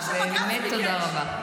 באמת תודה רבה.